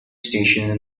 stations